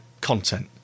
content